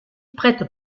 prête